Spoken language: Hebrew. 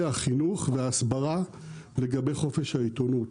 החינוך וההסברה לגבי חופש העיתונות.